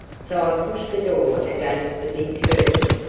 so i pushed the door against the big curtain,